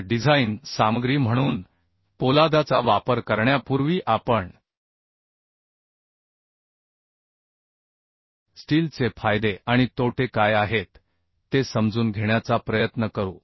तर डिझाइन सामग्री म्हणून पोलादाचा वापर करण्यापूर्वी आपण स्टीलचे फायदे आणि तोटे काय आहेत ते समजून घेण्याचा प्रयत्न करू